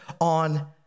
on